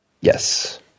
yes